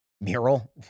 mural